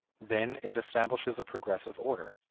then it establishes a progressive order,